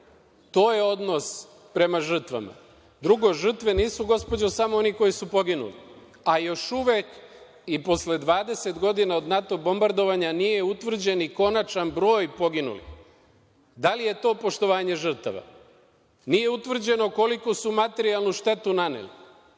To je odnos prema žrtvama. Drugo, žrtve nisu, gospođo, samo oni koji su poginuli, a još uvek i posle 20 godina od NATO bombardovanja nije utvrđen ni konačan broj poginulih. Da li je to poštovanje žrtava? Nije utvrđeno koliku su materijalnu štetu naneli.